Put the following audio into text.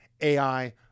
AI